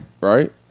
right